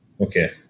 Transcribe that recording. Okay